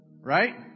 Right